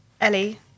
Ellie